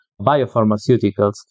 biopharmaceuticals